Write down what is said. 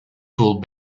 foul